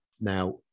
now